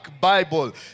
Bible